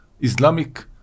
Islamic